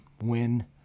win